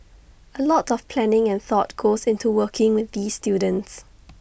A lot of planning and thought goes into working with these students